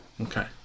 Okay